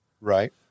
Right